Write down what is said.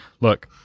look